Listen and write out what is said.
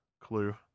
clue